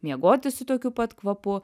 miegoti su tokiu pat kvapu